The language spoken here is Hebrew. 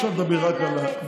מה יצא לך מזה?